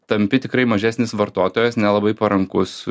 tampi tikrai mažesnis vartotojas nelabai parankus